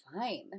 fine